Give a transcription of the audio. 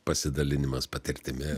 pasidalinimas patirtimi